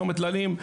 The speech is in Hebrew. צומת טללים,